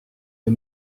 est